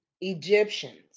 Egyptians